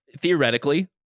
Theoretically